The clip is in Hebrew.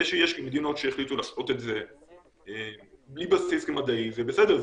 זה שיש מדינות שהחליטו לעשות את זה בלי בסיס מדעי זה בסדר,